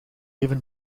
even